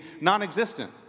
non-existent